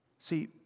See